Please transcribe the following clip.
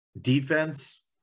Defense